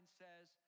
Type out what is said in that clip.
says